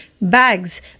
Bags